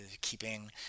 keeping